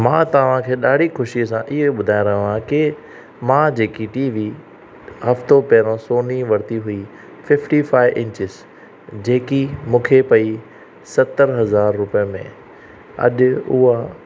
मां तव्हां खे ॾाढी ख़ुशी सां हीअं ॿुधाए रहियो आहे कि मां जेकी टी वी हफ़्तो पहिरों सोनी वरिती हुई फिफ्टी फाइफ इंचिस जेकी मूंखे पई सतरि हज़ार रूपए में अॼु उहा